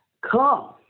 come